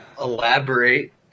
Elaborate